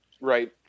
right